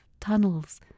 tunnels